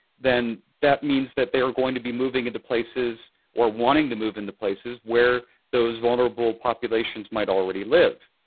then that means that they are going to be moving into places or wanting to move into places where those vulnerable populations might already live.